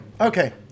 okay